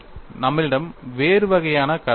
நம்மளிடம் வேறு வகையான கதை இருக்கும்